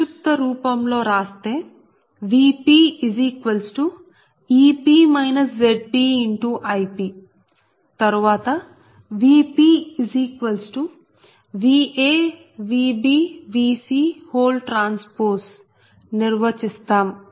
సంక్షిప్త రూపం లో రాస్తే VpEp ZpIp తరువాత VpVa Vb Vc T నిర్వచిస్తాం